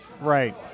Right